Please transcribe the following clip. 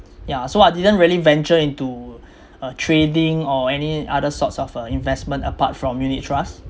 yeah so I didn't really venture into uh trading or any other sorts of uh investment apart from unit trusts